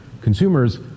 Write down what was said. consumers